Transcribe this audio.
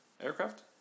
Aircraft